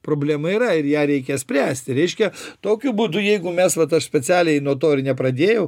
problema yra ir ją reikia spręsti reiškia tokiu būdu jeigu mes vat aš specialiai nuo to ir nepradėjau